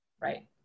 right